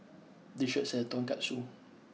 this shop sells Tonkatsu